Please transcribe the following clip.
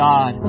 God